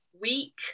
week